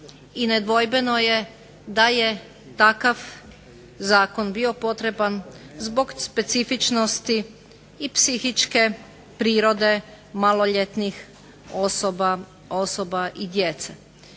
i nedvojbeno je da je takav zakon bio potreban zbog specifičnosti i psihičke prirode maloljetnih osoba i djece.